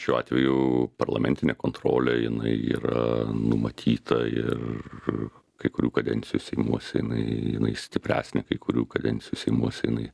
šiuo atveju parlamentinė kontrolė jinai yra numatyta ir kai kurių kadencijų seimuose jinai jinai stipresnė kai kurių kadencijų seimuose jinai